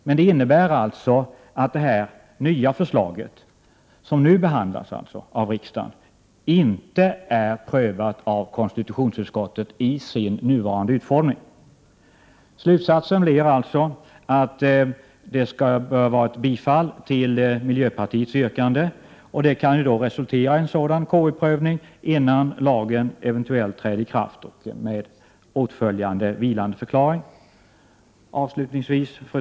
Detta innebär att det nya förslaget, som nu behandlas av kammaren, inte är prövat i konstitutionsutskottet i sin nuvarande utformning. Slutsatsen blir alltså att det bör vara ett bifall till miljöpartiets yrkande, och det kan då resultera i en ny KU-prövning innan lagen eventuellt träder i kraft, med åtföljande vilandeförklaring. Fru talman!